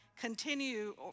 continue